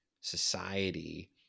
society